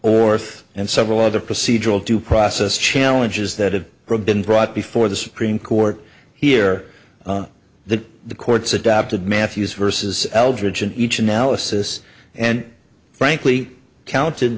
orthe and several other procedural due process challenges that have been brought before the supreme court here that the courts adopted matthews versus eldridge in each analysis and frankly counted